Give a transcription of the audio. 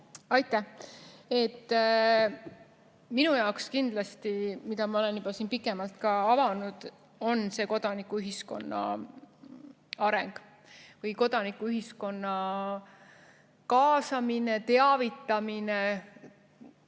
Aitäh! Minu jaoks kindlasti, ma olen seda siin juba ka pikemalt avanud, on see kodanikuühiskonna areng või kodanikuühiskonna kaasamine, teavitamine.